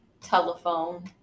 Telephone